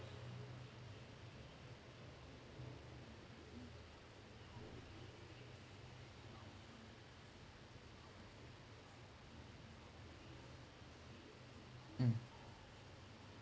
mm